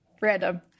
Random